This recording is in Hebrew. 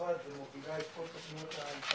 מהמשרד ומובילה את כל התוכניות למעורבות